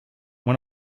when